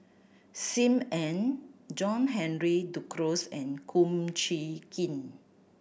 Sim Ann John Henry Duclos and Kum Chee Kin